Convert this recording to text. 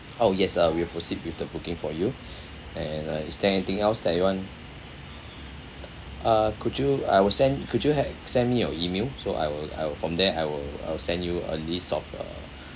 oh yes uh we will proceed with the booking for you and uh is there anything else that you want uh could you I will send could you have send me your email so I will I will from there I will I will send you a list of uh